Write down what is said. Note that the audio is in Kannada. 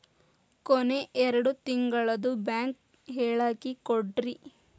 ಕೊನೆ ಎರಡು ತಿಂಗಳದು ಬ್ಯಾಂಕ್ ಹೇಳಕಿ ಕೊಡ್ರಿ